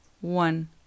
one